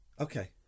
okay